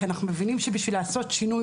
כי אנחנו מבינים שבשביל לעשות שינוי